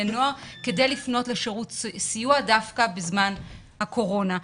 הנוער כדי לפנות לשירות סיוע דווקא בזמן הקורונה.